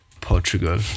Portugal